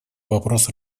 вопрос